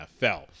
NFL